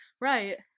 Right